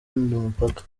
mupaka